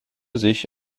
sich